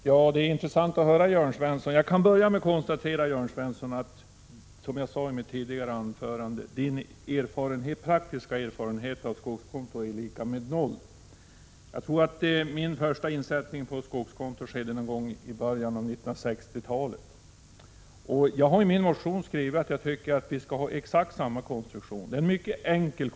Herr talman! Det är intressant att höra på Jörn Svensson. Jag kan börja med att konstatera — som jag sade i mitt tidigare anförande — att Jörn Svenssons praktiska erfarenhet av skogskonto är lika med noll. Jag tror att min första insättning på skogskonto skedde någon gång i början av 1960-talet. I min motion har jag skrivit att jag tycker att vi skall ha exakt samma konstruktion. Den är mycket enkel.